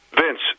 Vince